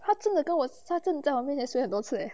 他真的跟我他站在我面前说很多次 eh